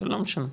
לא משנה.